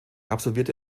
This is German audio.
absolvierte